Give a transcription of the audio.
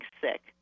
sick